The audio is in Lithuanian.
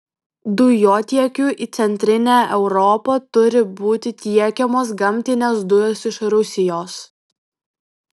dujotiekiu į centrinę europą turi būti tiekiamos gamtinės dujos iš rusijos